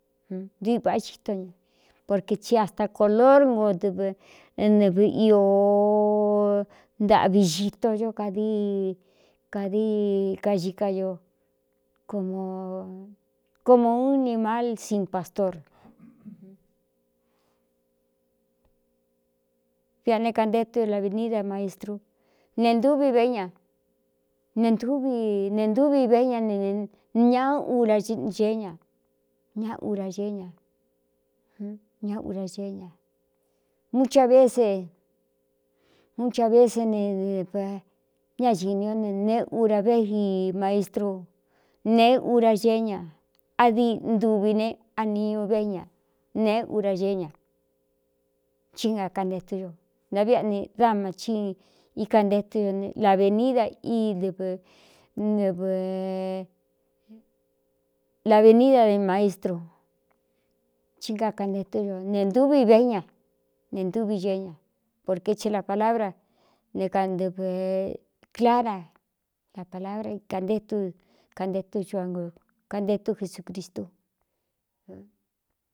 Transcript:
Ntuvi vāꞌá xitó ña porque tsí asta color ngo dɨvɨ nɨvɨ io ntaꞌvi xitoño kadi kadii kaxika ño komo un nimal sin pastor viꞌa ne kante tú o a venída maestru ne ntúvi v ña ne tvi ne ntúvi ve ña neñaá ura ceé ña ña ura eé ña ña ura ee ña chvemuu cha veése nedɨvɨ ña xi ni o ne nēé ura végi maestru nēé ura geé ña adi ntuvi ne aniuvéꞌé ña nēé ura geé ña csí ngakante tú ño ntaviꞌ a ni dama hí ika nté tú ñlavenída i dɨɨɨɨ avenída e maestru sí ngakantetú ño ne ntvi veí ña ne ntúvi geé ña porquē tsi a palabra ne kantɨvɨ̄ clara a palabra ikantetunekantetú jesūcristu.